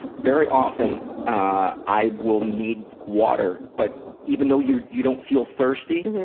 very often ah i will need water, but even though you you don't feel thirsty.